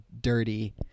dirty